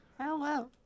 Hello